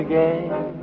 Again